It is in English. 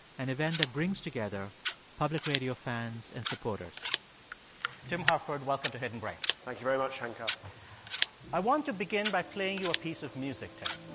an event that brings together public radio fans and supporters tim harford, welcome to hidden brain thank like you very much, shankar i want to begin by playing you a piece of music, tim